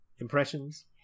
impressions